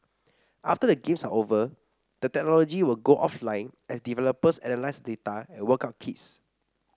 after the games are over the technology will go offline as developers analyse the data and work out kinks